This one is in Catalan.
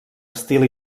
estil